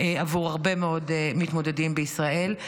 עבור הרבה מאוד מתמודדים בישראל.